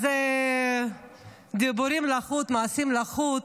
אז דיבורים לחוד, מעשים לחוד.